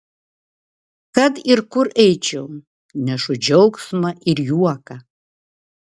kad ir kur eičiau nešu džiaugsmą ir juoką